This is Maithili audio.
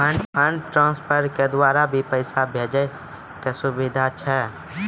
फंड ट्रांसफर के द्वारा भी पैसा भेजै के सुविधा छै?